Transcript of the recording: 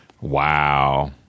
Wow